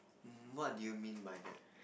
um what did you mean by that